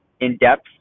in-depth